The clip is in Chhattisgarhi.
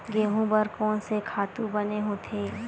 गेहूं बर कोन से खातु बने होथे?